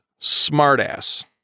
Smartass